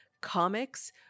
comics